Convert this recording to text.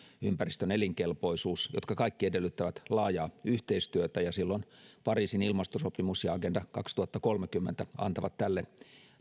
ympäristön elinkelpoisuus jotka kaikki edellyttävät laajaa yhteistyötä ja silloin pariisin ilmastosopimus ja agenda kaksituhattakolmekymmentä antavat tälle